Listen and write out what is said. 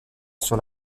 sur